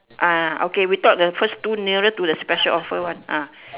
ah okay we talk the first two nearer to the special offer one ah